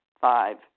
Five